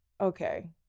okay